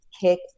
kick